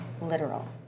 literal